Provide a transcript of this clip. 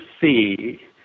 see